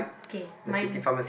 okay mine